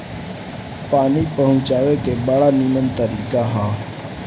पानी पहुँचावे के बड़ा निमन तरीका हअ